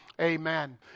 amen